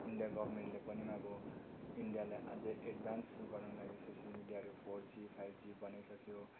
India गभर्नमेन्टले पनि अब इन्डियालाई अझै एड्भान्स गराउनु लागि सोसियल मिडियाहरू फोर जी फाइभ जी बनाइसक्यो